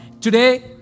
Today